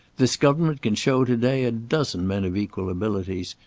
this government can show to-day a dozen men of equal abilities,